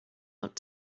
want